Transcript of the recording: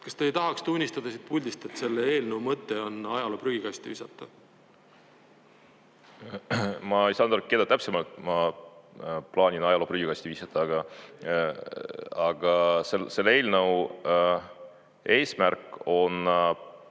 Kas te ei tahaks tunnistada siit puldist, et selle eelnõu mõte on ajaloo prügikasti visata? Ma ei saanud aru, keda täpsemalt ma plaanin ajaloo prügikasti visata, aga selle eelnõu eesmärk on